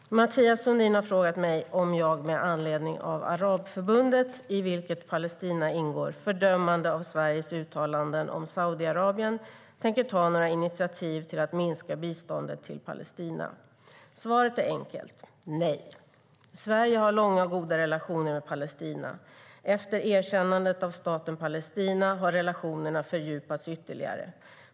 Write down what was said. Fru talman! Mathias Sundin har frågat mig om jag med anledning av Arabförbundets, i vilket Palestina ingår, fördömande av Sveriges uttalanden om Saudiarabien tänker ta några initiativ till att minska biståndet till Palestina. Svaret är enkelt: Nej. Sverige har långa och goda relationer med Palestina. Efter erkännandet av staten Palestina har relationerna fördjupats ytterligare.